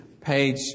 page